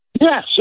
Yes